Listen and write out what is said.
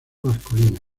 masculina